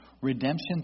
redemption